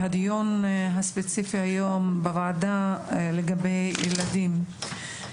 והדיון הספציפי היום בוועדה הוא לגבי ילדים.